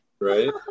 Right